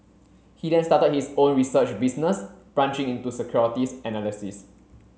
he then started his own research business branching into securities analysis